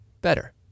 better